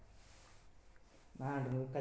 నా ఇన్సూరెన్స్ ని ఎట్ల క్లెయిమ్ చేస్కోవాలి?